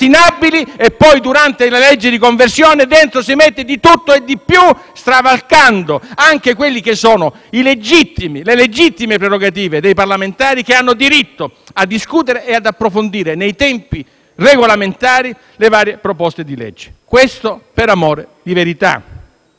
improcrastinabili e poi, durante la legge di conversione, vi si inserisce di tutto e di più, scavalcando anche le legittime prerogative dei parlamentari, che hanno diritto a discutere e ad approfondire nei tempi regolamentari le varie proposte di legge. Questo per amore di verità.